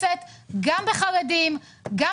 --- זה לא